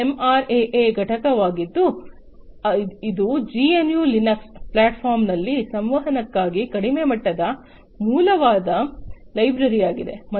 ಒಂದು ಎಂಆರ್ಎಎ ಘಟಕವಾಗಿದ್ದು ಇದು ಜಿ ಎನ್ ಯು ಲಿನಕ್ಸ್ ಪ್ಲಾಟ್ಫಾರ್ಮ್ನಲ್ಲಿ ಸಂವಹನಕ್ಕಾಗಿ ಕಡಿಮೆ ಮಟ್ಟದ ಮೂಲವಾದ ಲೈಬ್ರರಿ ಆಗಿದೆ